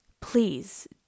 Please